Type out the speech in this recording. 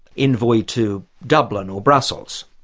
envoy to dublin or brussels.